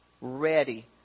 ready